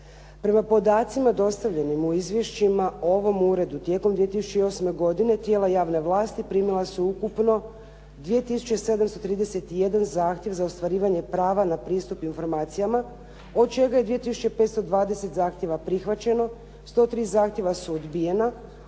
Prema podacima dostavljenim u izvješćima ovom uredu tijekom 2008. godine tijela javne vlasti primila su ukupno 2 tisuće 731 zahtjev za ostvarivanje prava na pristup informacijama od čega je 2 tisuće 520 zahtjeva prihvaćeno, 103 zahtjeva su odbijena,